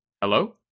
Hello